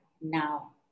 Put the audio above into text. now